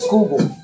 Google